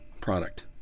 product